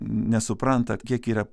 nesupranta kiek yra